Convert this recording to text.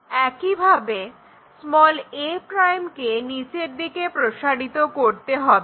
একইভাবে a' কে নিচের দিকে প্রসারিত করতে হবে